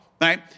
Right